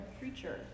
creature